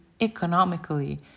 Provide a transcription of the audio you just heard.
economically